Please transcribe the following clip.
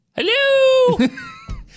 Hello